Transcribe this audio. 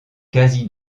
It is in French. quasi